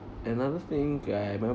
another thing that I admire about her